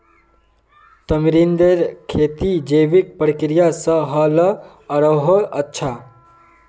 तमरींदेर खेती जैविक प्रक्रिया स ह ल आरोह अच्छा